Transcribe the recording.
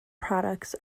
products